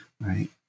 right